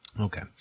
Okay